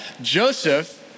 Joseph